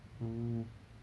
mm